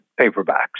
paperbacks